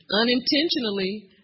unintentionally